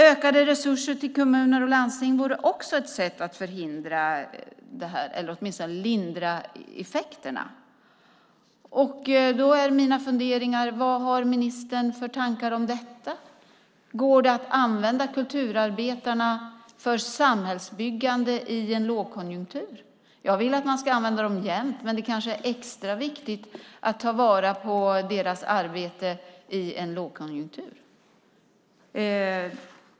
Ökade resurser till kommuner och landsting vore också ett sätt att åtminstone lindra effekterna av krisen. Då är mina funderingar: Vad har ministern för tankar om detta? Går det att använda kulturarbetarna för samhällsbyggande i en lågkonjunktur? Jag vill att man ska använda dem jämt, men det kanske är extra viktigt att ta vara på deras arbete i en lågkonjunktur.